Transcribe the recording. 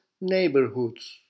neighborhoods